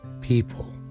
people